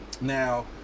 Now